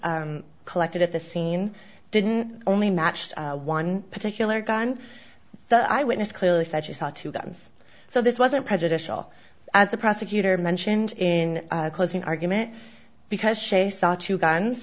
collected at the scene didn't only matched one particular gun the eyewitness clearly said she saw two guns so this wasn't prejudicial as the prosecutor mentioned in closing argument because